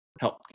help